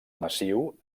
massiu